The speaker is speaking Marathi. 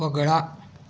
वगळा